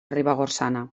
ribagorçana